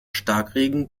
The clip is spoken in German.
starkregen